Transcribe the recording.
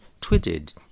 tweeted